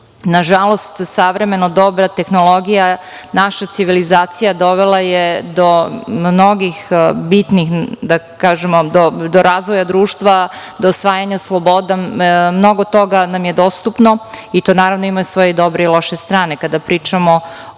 srušile. Nažalost, savremeno doba, tehnologija, naša civilizacija dovela je do mnogih bitnih, do razvoja društva, do osvajanja sloboda. Mnogo toga nam je dostupno i to naravno ima svoje dobre i loše strane kada pričamo o